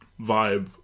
vibe